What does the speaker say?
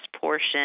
portion